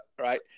right